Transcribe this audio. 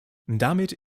damit